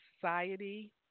society